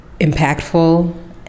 impactful